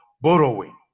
borrowing